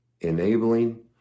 enabling